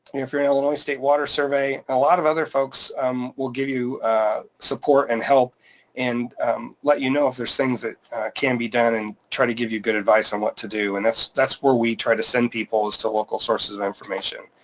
if you're in illinois, state water survey. and a lot of other folks will give you support and help and let you know if there's things that can be done and try to give you good advice on what to do, and that's that's where we try to send people is to local sources of information.